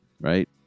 right